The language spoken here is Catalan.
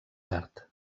tard